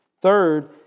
Third